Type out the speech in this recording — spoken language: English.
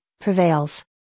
prevails